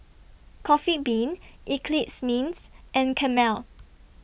Coffee Bean Eclipse Mints and Camel